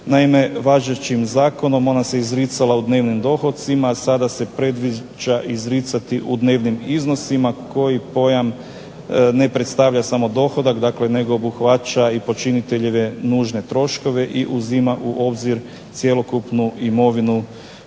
Naime, važećim Zakonom ona se izricala u dnevnim dohocima sada se predviđa izricati u dnevnim iznosima kojih pojam ne predstavlja samo dohodak dakle nego obuhvaća i počiniteljeve nužne troškove i uzima u obzir cjelokupnu imovinu